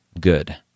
good